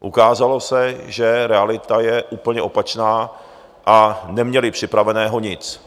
Ukázalo se, že realita je úplně opačná a neměli připraveného nic.